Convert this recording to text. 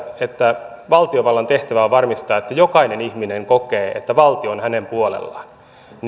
että valtiovallan tehtävä on varmistaa että jokainen ihminen kokee että valtio on hänen puolellaan